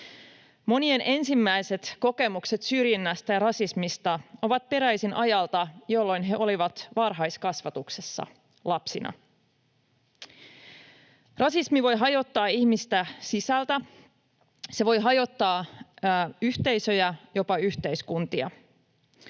Monien ensimmäiset kokemukset syrjinnästä ja rasismista ovat peräisin ajalta, jolloin he olivat varhaiskasvatuksessa — lapsina. Rasismi voi hajottaa ihmistä sisältä. Se voi hajottaa yhteisöjä, jopa yhteiskuntia.